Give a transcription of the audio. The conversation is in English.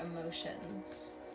emotions